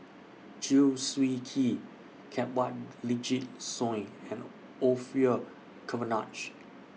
Chew Swee Kee Kanwaljit Soin and Orfeur Cavenagh